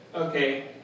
Okay